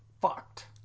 fucked